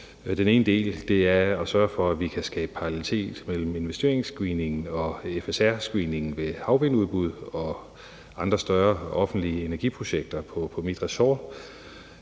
Den ene del er at sørge for, at vi kan skabe parallelitet mellem investeringsscreeningen og FSR-screeningen ved udbud af havvindanlæg og andre større offentlige energiprojekter på mit ressort.